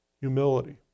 humility